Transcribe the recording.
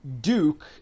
Duke